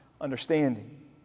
understanding